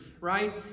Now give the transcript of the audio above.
right